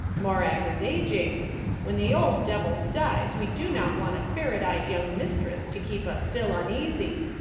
morag is ageing when the old devil dies we do not want a ferret-eyed young mistress to keep us still uneasy.